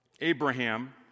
Abraham